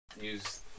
use